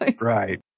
right